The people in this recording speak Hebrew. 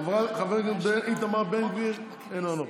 חבר הכנסת איתמר בן גביר, אינו נוכח,